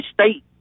state